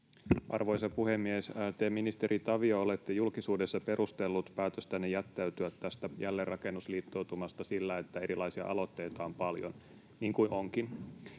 Arvoisa puhemies! Te, ministeri Tavio, olette julkisuudessa perustellut päätöstänne jättäytyä tästä jälleenrakennusliittoutumasta sillä, että erilaisia aloitteita on paljon, niin kuin onkin,